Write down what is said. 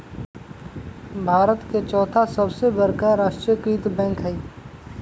भारत के चौथा सबसे बड़का राष्ट्रीय कृत बैंक हइ